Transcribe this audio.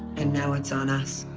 and now it's on us.